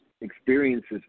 experiences